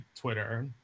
twitter